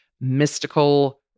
mystical